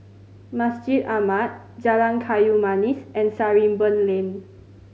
Masjid Ahmad Jalan Kayu Manis and Sarimbun Lane